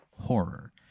horror